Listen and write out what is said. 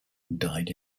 died